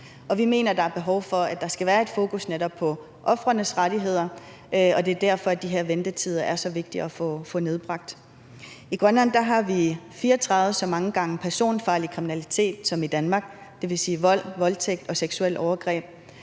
Vi mener, der er behov for, at der skal være et fokus netop på ofrenes rettigheder. Det er derfor, de her ventetider er så vigtige at få nedbragt. I Grønland har vi 34 gange så meget personfarlig kriminalitet som i Danmark, dvs. vold, voldtægt og seksuelle overgreb.